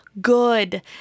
good